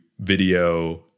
video